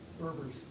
Berbers